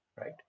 right